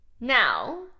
Now